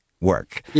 work